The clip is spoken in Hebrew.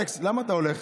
אלכס, למה אתה הולך?